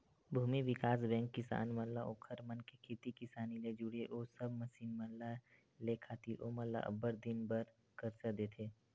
भूमि बिकास बेंक किसान मन ला ओखर मन के खेती किसानी ले जुड़े ओ सब मसीन मन ल लेय खातिर ओमन ल अब्बड़ दिन बर करजा देथे